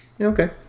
Okay